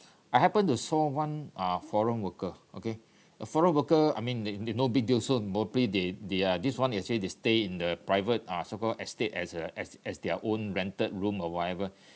I happened to saw one ah foreign worker okay a foreign worker I mean they they no big deal so probably they they uh this one they say they stay in the private uh so called estate as uh as as their own rented room or whatever